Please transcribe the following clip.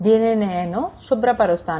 దీనిని నేను శుభ్రపరుస్తాను